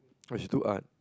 she took Art